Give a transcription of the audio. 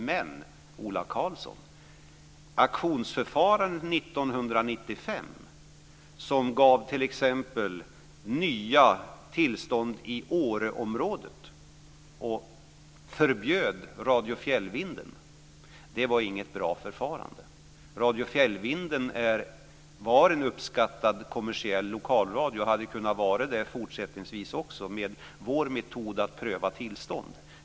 Men auktionsförfarandet 1995, som t.ex. gav nya tillstånd i Åreområdet och förbjöd Radio Fjällvinden, var inget bra förfarande. Radio Fjällvinden var en uppskattad kommersiell lokalradio och hade kunnat fortsätta att vara det också med vår metod att pröva tillstånd.